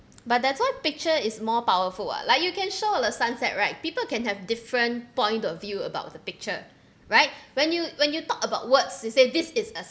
but that's why picture is more powerful what like you can show the sunset right people can have different point of view about the picture right when you when you talk about words you say this is a